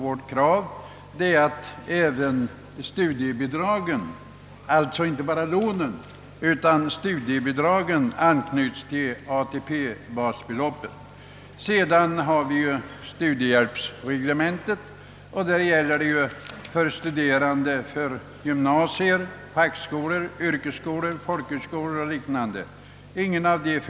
Vårt krav är därför att även studiebidragen, alltså inte bara lånen, skall anknytas till basbeloppet för ATP. I studiehjälpsreglementet regleras de förmåner som utgår till studerande vid gymnasier, fackskolor, yrkesskolor, folkhögskolor och liknande läroanstalter.